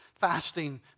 fasting